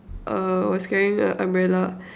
err I was carrying a umbrella